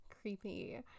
creepy